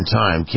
time